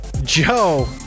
joe